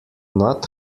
not